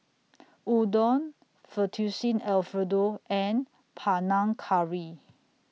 Udon Fettuccine Alfredo and Panang Curry